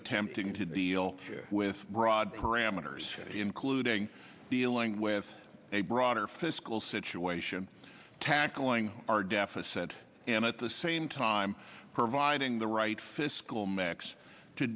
attempting to deal with broad parameters including dealing with a broader fiscal situation tackling our deficit and at the same time providing the right fiscal mix to